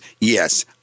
yes